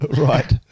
Right